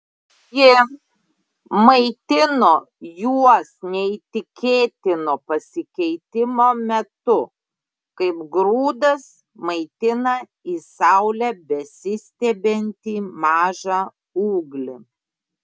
ji maitino juos neįtikėtino pasikeitimo metu kaip grūdas maitina į saulę besistiebiantį mažą ūglį